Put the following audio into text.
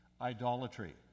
idolatry